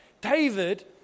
David